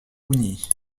pougny